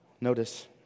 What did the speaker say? Notice